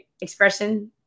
Expression